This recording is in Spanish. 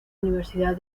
universidad